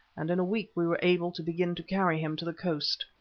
and in a week we were able to begin to carry him to the coast.